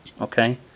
okay